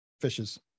fishes